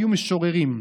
היו משוררים.